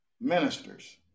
Ministers